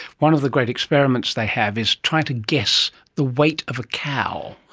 one of the great experiments they have is trying to guess the weight of a cow,